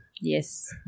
Yes